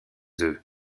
eux